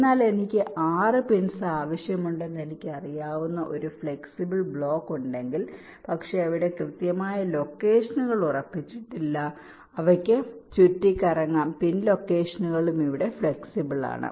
എന്നാൽ എനിക്ക് 6 പിൻസ് ആവശ്യമുണ്ടെന്ന് എനിക്കറിയാവുന്ന ഒരു ഫ്ലെക്സിബിൾ ബ്ലോക്ക് ഉണ്ടെങ്കിൽ പക്ഷേ അവയുടെ കൃത്യമായ ലൊക്കേഷനുകൾ ഉറപ്പിച്ചിട്ടില്ല അവയ്ക്ക് ചുറ്റിക്കറങ്ങാം പിൻ ലൊക്കേഷനുകളും ഇവിടെ ഫ്ലെക്സിബിൾ ആണ്